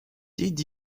did